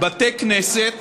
בתי כנסת